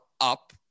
up